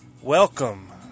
welcome